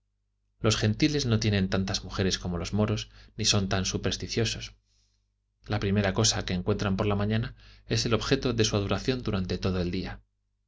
los gentiles no tienen tantas mujeres como los moros ni son tan supersticiosos la primera cosa que encuentran por la mañana es el objeto de su adoración durante todo el día